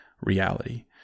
reality